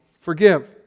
forgive